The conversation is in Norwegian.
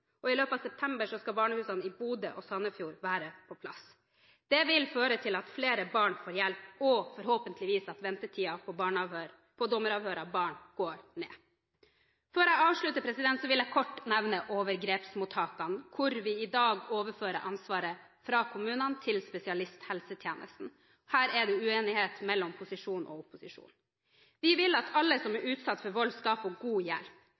I løpet av september skal barnehusene i Bodø og Sandefjord være på plass. Det vil føre til at flere barn får hjelp, og forhåpentligvis at ventetiden for dommeravhør av barn går ned. Før jeg avslutter, vil jeg kort nevne overgrepsmottakene, hvor vi i dag overfører ansvaret fra kommunene til spesialisthelsetjenesten. Her er det uenighet mellom posisjon og opposisjon. Vi vil at alle som er utsatt for vold, skal få god hjelp.